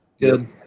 good